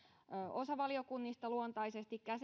osa valiokunnista luontaisesti